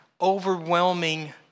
overwhelming